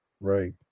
Right